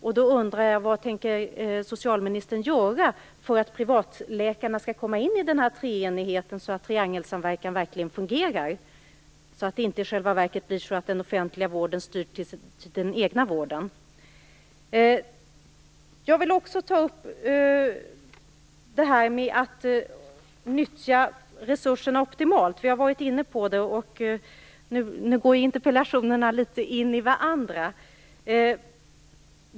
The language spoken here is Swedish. Jag undrar vad socialministern tänker göra för att privatläkarna skall komma in i denna treenighet, så att triangelsamverkan verkligen fungerar. Det får inte bli så att den offentliga vården i själva verket styr till den egna vården. Jag vill också ta upp frågan om att nyttja resurserna optimalt. Vi har varit inne på det. Interpellationerna går litet in i varandra.